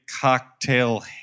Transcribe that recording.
Cocktail